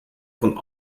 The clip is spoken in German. von